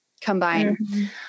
combine